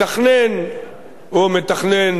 הוא מתכנן ותיק מאוד,